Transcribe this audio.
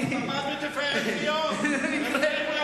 הוא למד ב"תפארת ציון" בבני-ברק.